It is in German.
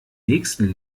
nächsten